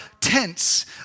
tents